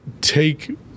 take